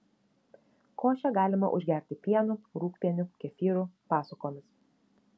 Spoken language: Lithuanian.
košę galima užgerti pienu rūgpieniu kefyru pasukomis